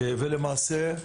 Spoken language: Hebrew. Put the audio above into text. ולמעשה,